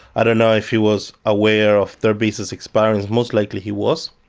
i don't know if he was aware of their visas expiring, it's most likely he was.